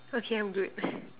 okay I'm good